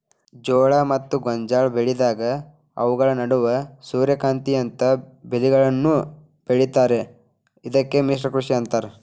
ಜೋಳ ಮತ್ತ ಗೋಂಜಾಳ ಬೆಳೆದಾಗ ಅವುಗಳ ನಡುವ ಸೂರ್ಯಕಾಂತಿಯಂತ ಬೇಲಿಗಳನ್ನು ಬೆಳೇತಾರ ಇದಕ್ಕ ಮಿಶ್ರ ಕೃಷಿ ಅಂತಾರ